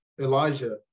Elijah